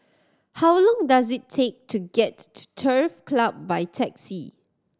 how long does it take to get to Turf Club by taxi